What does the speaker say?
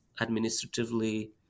administratively